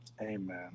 Amen